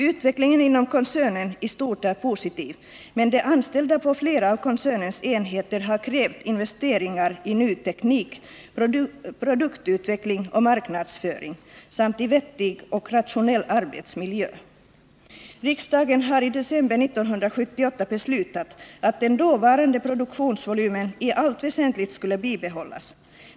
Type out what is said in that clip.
Utvecklingen inom koncernen i stort är positiv, men de anställda på flera av koncernens enheter har krävt investeringar i ny teknik, produktutveckling och marknadsföring samt i vettig och rationell arbetsmiljö. Riksdagen har i december 1978 beslutat att den dåvarande prdouktionsvolymen i allt väsentligt skulle bibehållas.